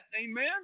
Amen